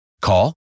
Call